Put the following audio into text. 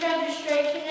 registration